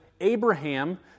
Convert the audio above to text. Abraham